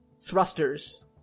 thrusters